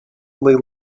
only